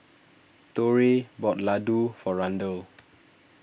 Torey bought Ladoo for Randel